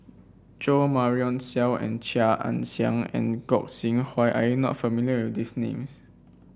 Jo Marion Seow and Chia Ann Siang and Gog Sing Hooi are you not familiar with these names